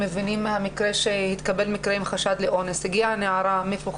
במקרה של פגיעה מינית